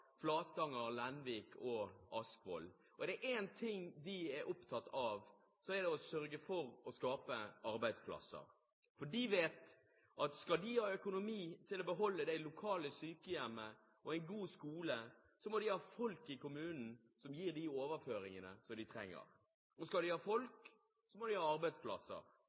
Flatanger, i Lenvik og i Askvoll. Og er det én ting de er opptatt av, så er det å sørge for å skape arbeidsplasser. De vet at skal de ha økonomi til å beholde det lokale sykehjemmet og en god skole, må de ha folk i kommunen som gir de overføringene de trenger. Og skal de ha folk, må de ha arbeidsplasser.